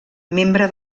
membre